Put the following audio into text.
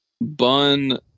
Bun